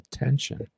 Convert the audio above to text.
attention